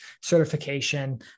certification